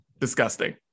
disgusting